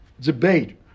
debate